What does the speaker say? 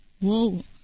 Whoa